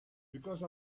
because